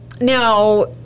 Now